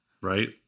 right